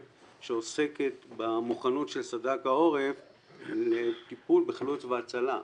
שעוסקת במוכנות של סד"כ העורף לטיפול בחילוץ והצלה.